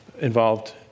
involved